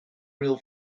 real